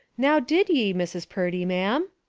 now, did ye, mrs. purdy, ma'am?